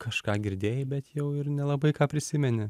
kažką girdėjai bet jau ir nelabai ką prisimeni